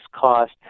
cost